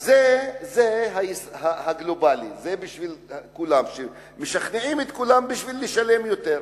זה הגלובלי, משכנעים את כולם כדי לשלם יותר.